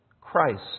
Christ